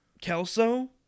Kelso